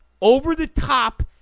over-the-top